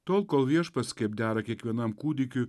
tol kol viešpats kaip dera kiekvienam kūdikiui